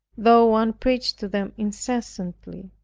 though one preach to them incessantly.